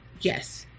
Yes